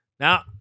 Now